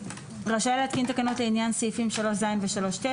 רשאי להתקין תקנות לעניין סעיפים 3ז ו-3ט,